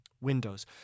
windows